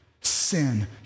Sin